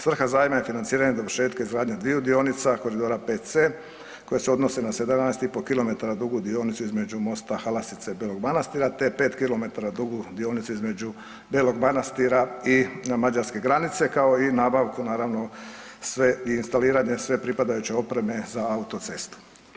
Svrha zajma je financiranje dovršetka izgradnje dviju dionica koridora 5C koje se odnose za 17 i pol kilometara dugu dionicu između mosta Halasice i Belog Manastira te 5 kilometara dugu dionicu između Belog Manastira i mađarske granice, kao i nabavku naravno sve i instaliranje sve pripadajuće opreme za autocestu.